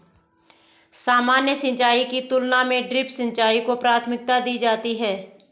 सामान्य सिंचाई की तुलना में ड्रिप सिंचाई को प्राथमिकता दी जाती है